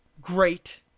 Great